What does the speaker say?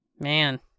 Man